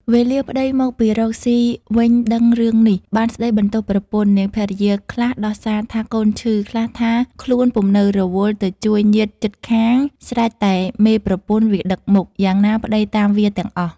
វេលាប្តីមកពីរកស៊ីវិញដឹងរឿងនេះ បានស្តីបន្ទោសប្រពន្ធ នាងភវិយាខ្លះដោះ សាថា កូនឈឺ ខ្លះថា ខ្លួនពុំនៅរវល់ទៅជួយញាតិជិតខាងស្រេចតែមេប្រពន្ធវាដឹកមុខ យ៉ាងណា ប្តីតាមវាទាំងអស់ ។